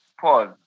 Pause